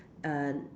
uh